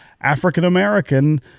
African-American